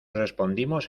respondimos